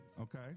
Okay